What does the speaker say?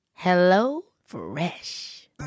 HelloFresh